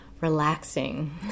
relaxing